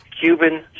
Cuban